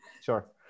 Sure